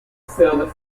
server